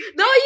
no